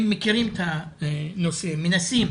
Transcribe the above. הם מכירים את הנושא, מנסים